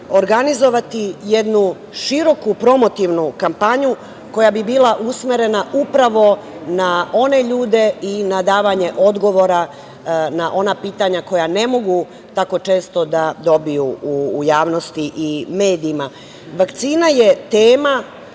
organizovati jednu široku promotivnu kampanju koja bi bila usmerena upravo na one ljude i na davanje odgovora na ona pitanja koja ne mogu tako često da dobiju u javnosti i medijima. Vakcina je tema